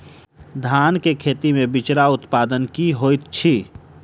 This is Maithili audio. धान केँ खेती मे बिचरा उत्पादन की होइत छी?